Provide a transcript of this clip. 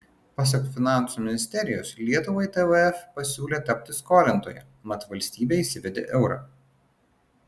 pasak finansų ministerijos lietuvai tvf pasiūlė tapti skolintoja mat valstybė įsivedė eurą